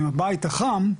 עם הבית החם,